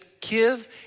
give